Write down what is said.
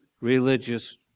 religious